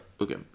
okay